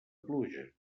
pluja